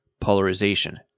polarization